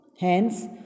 Hence